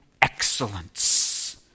excellence